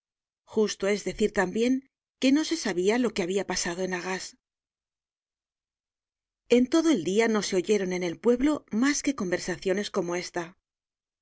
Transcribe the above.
justo es decir tambien que no se sabia lo que habia pasado en arras en todo el dia no se oyeron en el pueblo mas que conversaciones como esta